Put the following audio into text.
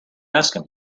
asked